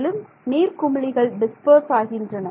மேலும் நீர்க்குமிழிகள் டிஸ்பர்ஸ் ஆகின்றன